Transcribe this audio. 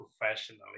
professionally